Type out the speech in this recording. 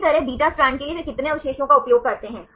इसी तरह beta strand के लिए वे कितने अवशेषों का उपयोग करते हैं